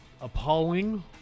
appalling